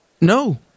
No